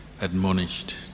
admonished